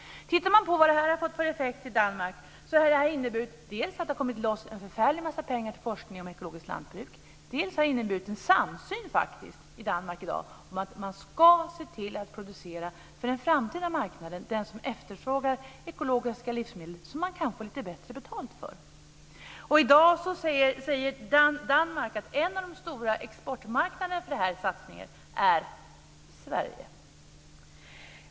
Det har fått till effekt i Danmark att det dels har kommit loss en förfärligt massa pengar till forskning om ekologiskt lantbruk, dels har det inneburit en samsyn i Danmark i dag om att man ska se till att producera för den framtida marknaden, den som efterfrågar ekologiska livsmedel som man kan få lite bättre betalt för. I dag säger Danmark att en av de stora exportmarknaderna för den här satsningen är Sverige.